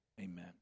amen